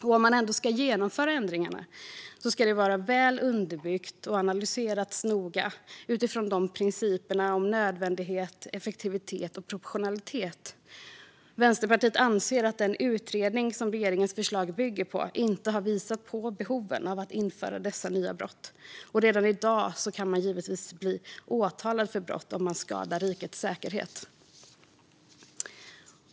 Om man ändå ska genomföra ändringar ska de vara väl underbyggda och ha analyserats noga utifrån principerna om nödvändighet, effektivitet och proportionalitet. Vänsterpartiet anser att den utredning som regeringens förslag bygger på inte har visat på något behov av att införa dessa nya brott. Redan i dag kan man givetvis bli åtalad för brott om man skadar rikets säkerhet.